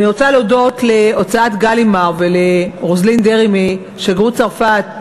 אני רוצה להודות להוצאת "גלימאר" ולרוזלין דרעי משגרירות צרפת.